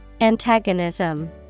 Antagonism